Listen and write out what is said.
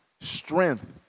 strength